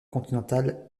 continentale